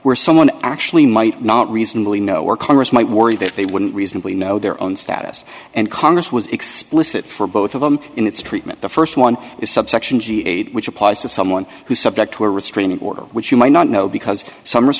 where someone actually might not reasonably know where congress might worry that they wouldn't reasonably know their own status and congress was explicit for both of them in its treatment the first one is subsection g eight which applies to someone who subject to a restraining order which you might not know because s